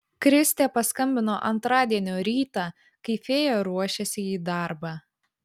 kristė paskambino antradienio rytą kai fėja ruošėsi į darbą